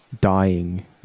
dying